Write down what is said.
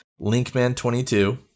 Linkman22